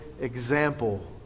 example